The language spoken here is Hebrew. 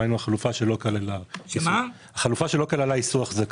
שלא כללה איסור החזקה.